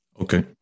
Okay